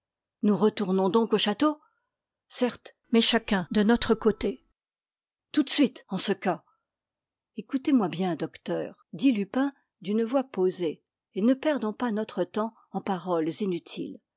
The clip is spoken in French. nous retournons donc au château certes mais chacun de notre côté tout de suite en ce cas écoutez-moi bien docteur dit lupin d'une voix posée et ne perdons pas notre temps en paroles inutiles